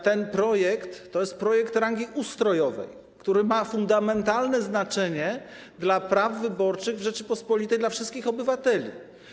Ten projekt jest projektem rangi ustrojowej, który ma fundamentalne znaczenie dla praw wyborczych w Rzeczypospolitej, dla wszystkich obywateli.